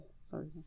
Sorry